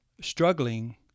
struggling